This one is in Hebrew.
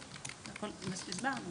זאת החלטה של הרופא המפקח.